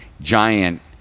giant